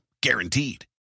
Guaranteed